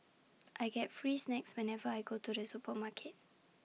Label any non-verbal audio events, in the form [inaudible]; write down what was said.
[noise] I get free snacks whenever I go to the supermarket